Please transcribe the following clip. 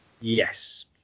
Yes